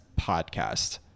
podcast